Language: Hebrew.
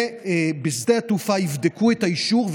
ובשדה התעופה יבדקו את האישור,